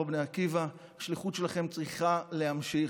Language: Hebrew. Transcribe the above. בני עקיבא: השליחות שלכם צריכה להימשך.